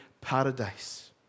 paradise